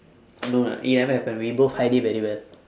no lah it never happen we both hide it very well